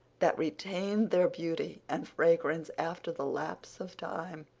that retained their beauty and fragrance after the lapse of time.